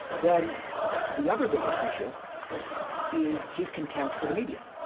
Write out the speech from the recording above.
then the other biggest issue is his contempt for the media.